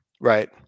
Right